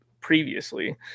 previously